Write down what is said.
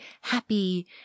happy